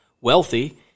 wealthy